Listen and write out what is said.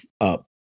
up